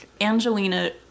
Angelina